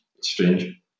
strange